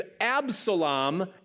Absalom